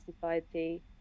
society